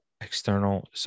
external